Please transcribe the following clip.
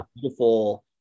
beautiful